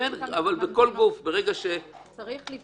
כן, אבל בכל גוף --- אני הולכת לגמרי עם